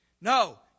No